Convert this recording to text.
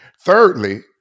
Thirdly